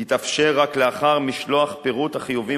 יתאפשר רק לאחר משלוח פירוט החיובים